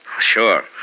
Sure